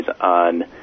on